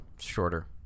Shorter